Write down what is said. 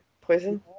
poison